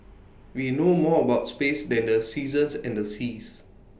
we know more about space than the seasons and the seas